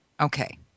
Okay